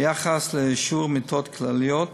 ביחס לשיעור מיטות כלליות,